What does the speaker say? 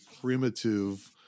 primitive